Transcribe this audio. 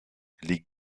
les